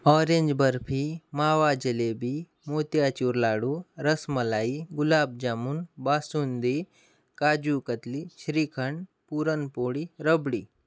orange barfi mawa jalebi मोतिया चूरलाडू रसमलाई गुलाबजामून बासुंदी काजू कतली श्रीखंड पुरणपोळी रबडी